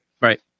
Right